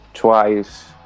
twice